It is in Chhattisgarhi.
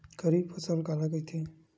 खरीफ फसल काला कहिथे?